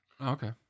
Okay